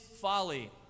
folly